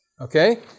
Okay